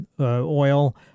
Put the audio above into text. oil